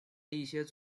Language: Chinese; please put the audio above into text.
一些